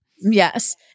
Yes